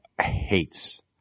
hates